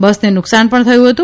બસને નુકસાન પણ થયું હતું